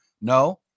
No